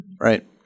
right